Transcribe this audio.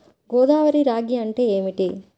గోదావరి రాగి అంటే ఏమిటి?